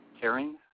Caring